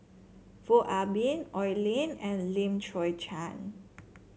Foo Ah Bee Oi Lin and Lim Chwee Chian